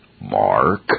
Mark